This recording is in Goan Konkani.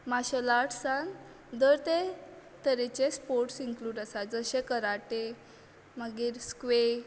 मार्शेल आर्टसान धर तें तरेचे स्पोर्टस इनक्लूड आसात जशें कराटे मागीर स्क्वे